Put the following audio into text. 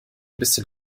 bisschen